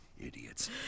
Idiots